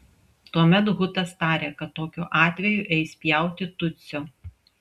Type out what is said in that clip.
tuomet hutas tarė kad tokiu atveju eis pjauti tutsio